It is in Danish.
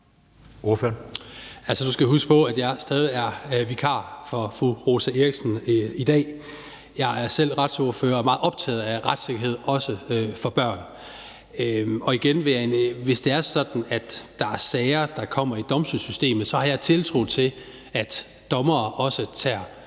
Du skal huske på, at jeg stadig er vikar for fru Rosa Eriksen i dag. Jeg er selv retsordfører og er meget optaget af retssikkerhed, også for børn. Og igen vil jeg sige: Hvis det er sådan, at der er sager, der kommer i domstolssystemet, har jeg tiltro til, at dommere også tager